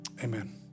amen